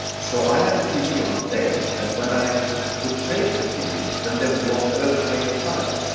so i had a tv on stage, and when i would shake the tv then there was an earthquake inside,